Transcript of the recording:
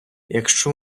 якщо